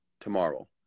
tomorrow